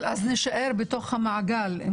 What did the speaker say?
אבל אז נישאר בתוך המעגל.